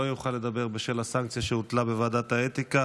יוכל לדבר בשל הסנקציה שהוטלה בוועדת האתיקה.